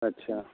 अच्छा